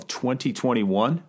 2021